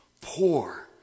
poor